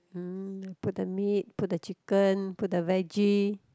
mm put the meat put the chicken put the vege